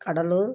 Cuddalore